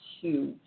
huge